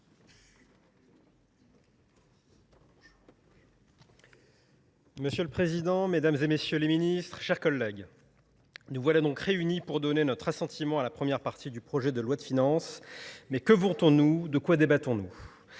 Monsieur le Président, Mesdames et Messieurs les Ministres, Chers collègues, Nous voilà donc réunis pour donner notre assentiment à la première partie du projet de loi de finances. Mais que voulons-nous ? De quoi débattons-nous ?